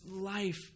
life